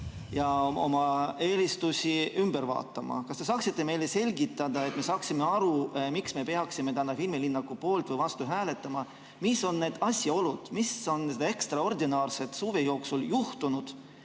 ja oma eelistusi ümber vaatama. Kas te saaksite meile seda selgitada, et me saaksime aru, miks me peaksime täna filmilinnaku poolt või vastu hääletama? Mis on need asjaolud? Mida ekstraordinaarset on suve jooksul juhtunud,